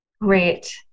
Great